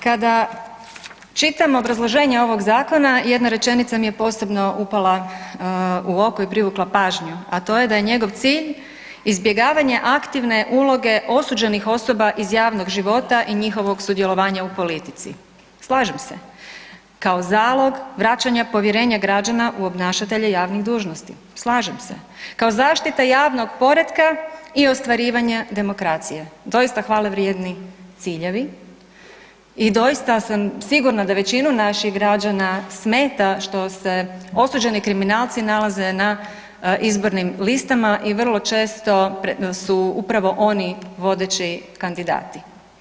Kada čitam obrazloženje ovog zakona jedna rečenica mi je posebno upala u oko i privukla pažnju, a to je da je njegov cilj izbjegavanja aktivne uloge osuđenih osoba iz javnog života i njihovog sudjelovanja u politici, slažem se, kao zalog vraćanja povjerenja građana u obnašatelje javnih dužnosti, slažem se, kao zaštita javnog poretka i ostvarivanja demokracije, doista hvale vrijedni ciljevi i doista sam sigurna da većinu naših građana smeta što se osuđeni kriminalci nalaze na izbornim listama i vrlo često su upravo oni vodeći kandidati.